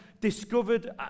discovered